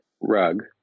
rug